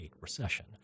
recession